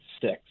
six